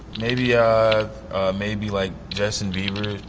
maybe ah, ah maybe like justin bieber,